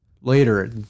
later